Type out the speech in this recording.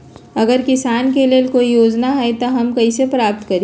अगर किसान के लेल कोई योजना है त हम कईसे प्राप्त करी?